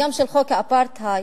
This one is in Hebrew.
וגם חוק האפרטהייד,